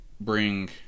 bring